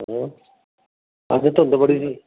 ਹਾਂ ਇੱਥੇ ਧੁੰਦ ਬੜੀ ਸੀ